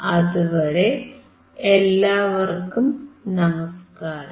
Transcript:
അതുവരെ എല്ലാവർക്കും നമസ്കാരം